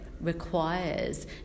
requires